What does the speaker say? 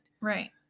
Right